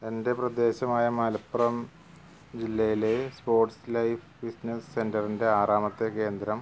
എന്റെ പ്രദേശമായ മലപ്പുറം ജില്ലയിലെ സ്പോർട്സ് ലൈഫ് ഫിറ്റ്നസ് സെന്ററിൻറെ ആറാമത്തെ കേന്ദ്രം